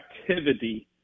activity